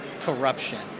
corruption